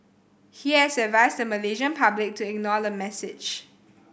he has advised the Malaysian public to ignore the message